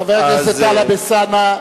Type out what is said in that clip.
חבר הכנסת טלב אלסאנע,